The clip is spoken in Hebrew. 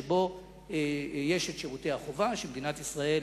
שבו יש שירותי החובה שמדינת ישראל